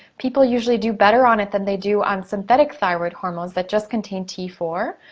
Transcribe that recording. people usually do better on it than they do on synthetic thyroid hormones that just contain t four.